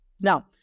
Now